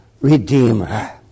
Redeemer